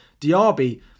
diaby